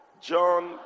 john